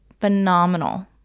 phenomenal